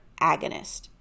agonist